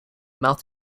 mouth